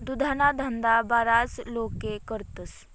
दुधना धंदा बराच लोके करतस